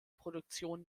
produktionen